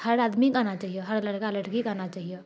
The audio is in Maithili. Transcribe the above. हर आदमीके आना चाहिए हर लड़का लड़कीके आना चाहिए